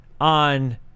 on